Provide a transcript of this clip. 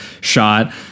shot